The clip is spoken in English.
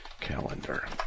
calendar